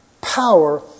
power